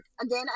again